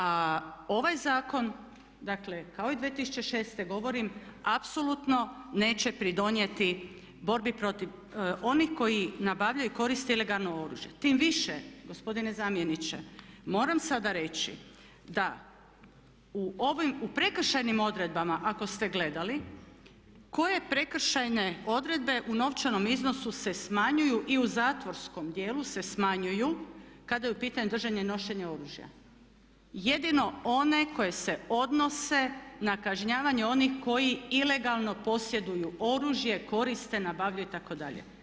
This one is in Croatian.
A ovaj zakon kao i 2006.govorim apsolutno neće pridonijeti borbi onih koji nabavljaju i koriste ilegalno oružje, tim više gospodine zamjeniče moram sada reći da u ovim, u prekršajnim odredbama ako ste gledali, koje prekršajne odredbe u novčanom iznosu se smanjuju i u zatvorskom djelu se smanjuju kada je u pitanju držanje i nošenje oružja, jedino one koje se odnose na kažnjavanje onih koji ilegalno posjeduju oružje, koriste, nabavljaju itd.